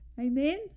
Amen